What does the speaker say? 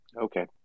Okay